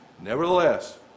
Nevertheless